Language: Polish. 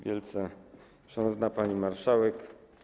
Wielce Szanowna Pani Marszałek!